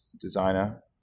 designer